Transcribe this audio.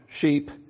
sheep